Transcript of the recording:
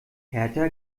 hertha